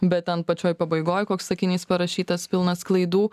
bet ten pačioj pabaigoj koks sakinys parašytas pilnas klaidų